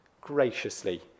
graciously